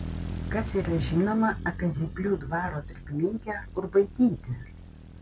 kas yra žinoma apie zyplių dvaro darbininkę urbaitytę